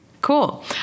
cool